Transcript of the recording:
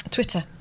Twitter